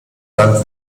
land